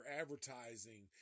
advertising